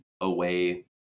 away